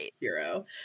hero